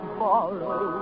borrow